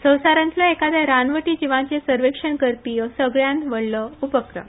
संवसारांतलो एखाद्या रानवटी जिवांचे सर्वेक्षण करपी हो सगल्यांत व्हडलो उपक्रम